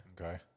Okay